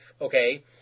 okay